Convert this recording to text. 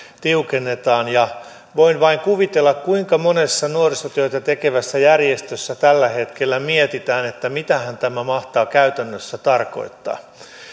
tiukennetaan voin vain kuvitella kuinka monessa nuorisotyötä tekevässä järjestössä tällä hetkellä mietitään että mitähän tämä mahtaa käytännössä tarkoittaa